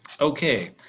Okay